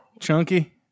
chunky